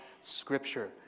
Scripture